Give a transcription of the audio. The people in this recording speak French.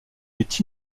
est